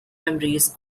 memories